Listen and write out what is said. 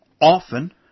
Often